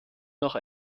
noch